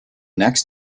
next